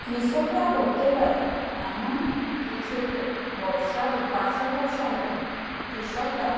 কৃষকরা করতে পারে এমন কিছু ব্যবসা পার্শ্ব ব্যবসা হলো কৃষকরা